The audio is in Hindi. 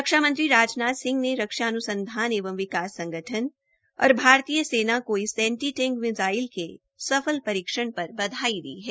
रक्षा मंत्री राजनाथ सिंह ने रक्षा अन्संधान एवं विकास संगठन और भारतीय सेना को इस एंटी टैंक मिसाइल के सफल परीक्षण पर बधाई दी है